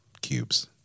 cubes